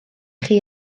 chi